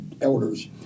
elders